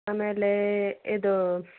ಆಮೇಲೆ ಇದು